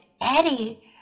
Eddie